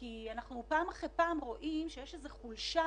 כי פעם אחרי פעם אנחנו רואים שיש חולשה